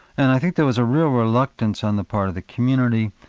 and i think there was a real reluctance on the part of the community,